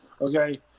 Okay